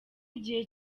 igihe